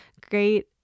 great